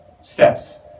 steps